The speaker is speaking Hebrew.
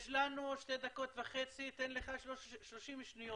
אני רואה ברכה להשתתף בדיונים האלה ולהיות שותף בכל תוכנית שתגיע לכאן.